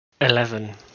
Eleven